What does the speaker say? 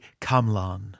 Kamlan